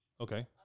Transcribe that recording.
Okay